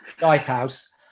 lighthouse